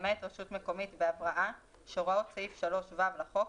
למעט רשות מקומית בהבראה שהוראות סעיף 3(ו) לחוק,